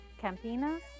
Campinas